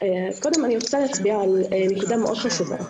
רוצה להצביע על נקודה מאוד חשובה.